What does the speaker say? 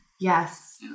yes